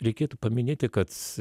reikėtų paminėti kad